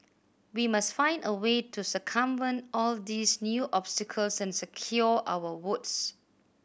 we must find a way to circumvent all these new obstacles and secure our votes